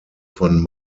von